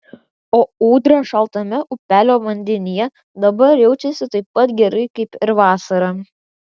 o ūdra šaltame upelio vandenyje dabar jaučiasi taip pat gerai kaip ir vasarą